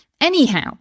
Anyhow